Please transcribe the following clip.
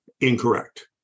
incorrect